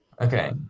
Okay